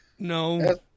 No